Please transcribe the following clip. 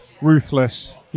ruthless